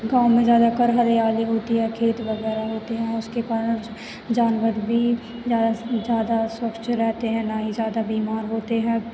गाँव में ज़्यादातर हरियाली होती है खेत वगैरह होते हैं उसके कारण जानवर भी ज़्यादा से ज़्यादा स्वच्छ रहते हैं ना ही ज़्यादा बीमार होते हैं